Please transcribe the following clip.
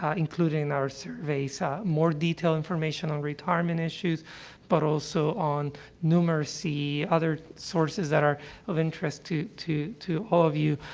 included in our surveys, ah, more detailed information on retirement issues but also on numeracy, other sources that are of interest to to to all of you.